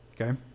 okay